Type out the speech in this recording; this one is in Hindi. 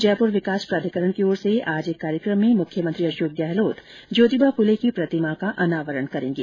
जयपुर विकास प्राधिकरण की ओर से आज एक कार्यक्रम में मुख्यमंत्री अशोक गहलोत ज्योतिबा फूले की प्रतिमा का अनावरण करेंगे